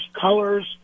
colors